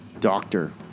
Doctor